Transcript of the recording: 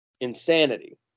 Insanity